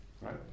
right